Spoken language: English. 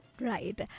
right